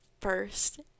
first